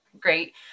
great